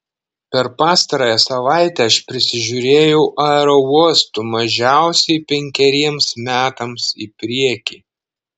per pastarąją savaitę aš prisižiūrėjau aerouostų mažiausiai penkeriems metams į priekį